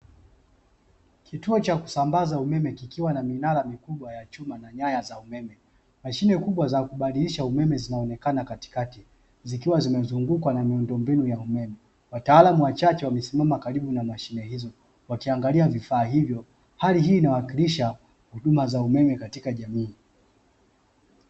Kituo cha kusambaza umeme kikiwa na minara mikubwa ya chuma na nyaya za umeme. Mashine kubwa za kubadilisha umeme zinaonekana katikati zikiwa zimeizunguka na miundombinu ya umeme. Wataalamu wachache wamesimama karibu na mashine hizo wakiangalia vifaa hivyo. Hali hii inawakilisha huduma za umeme katika jamii.